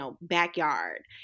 backyard